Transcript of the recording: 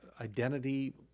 Identity